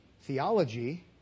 theology